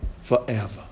Forever